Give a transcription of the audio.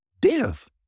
Death